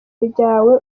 ryawe